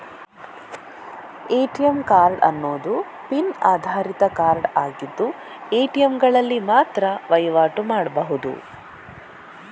ATM card ಅನ್ನುದು pin ಆಧಾರಿತ card ಆಗಿದ್ದು ಎ.ಟಿ.ಎಂಗಳಲ್ಲಿ ಮಾತ್ರ ವೈವಾಟು ಮಾಡ್ಬಹುದು